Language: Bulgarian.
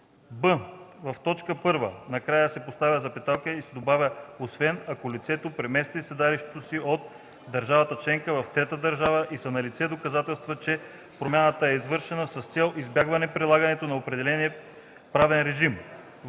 б) в т. 1 накрая се поставя запетая и се добавя „освен ако лицето премести седалището си от държава членка в трета държава и са налице доказателства, че промяната е извършена с цел избягване прилагането на определен правен режим”;